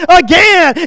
again